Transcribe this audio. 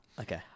Okay